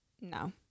No